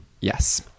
yes